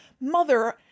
Mother